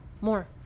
more